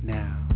now